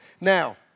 Now